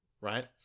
right